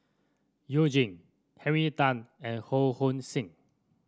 You Jin Henry Tan and Ho Hong Sing